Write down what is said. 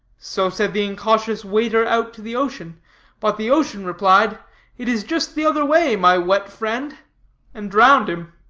so said the incautious wader out to the ocean but the ocean replied it is just the other way, my wet friend and drowned him.